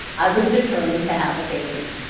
i was determined to have a baby.